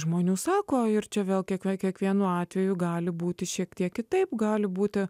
žmonių sako ir čia vėl kiekvie kiekvienu atveju gali būti šiek tiek kitaip gali būti